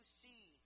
see